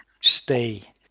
stay